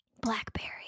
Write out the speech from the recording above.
Blackberry